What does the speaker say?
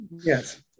Yes